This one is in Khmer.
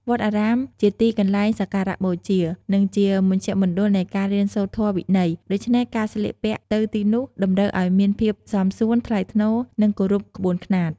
វត្តអារាមជាទីកន្លែងសក្ការបូជា និងជាមជ្ឈមណ្ឌលនៃការរៀនសូត្រធម៌វិន័យ ដូច្នេះការស្លៀកពាក់ទៅទីនោះតម្រូវឱ្យមានភាពសមសួន ថ្លៃថ្នូរ និងគោរពក្បួនខ្នាត។